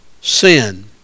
sin